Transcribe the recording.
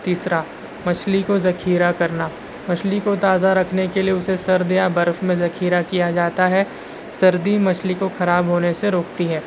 تیسرا مچھلی کو ذخیرہ کرنا مچھلی کو تازہ رکھنے کے لیے اسے سرد یا برف میں ذخیرہ کیا جاتا ہے سردی مچھلی کو خراب ہونے سے روکتی ہے